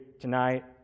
tonight